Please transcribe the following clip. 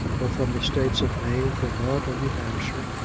or from the states of maine, vermont, or new hampshire,